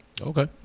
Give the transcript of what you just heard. Okay